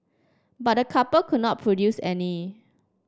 but the couple could not produce any